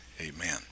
amen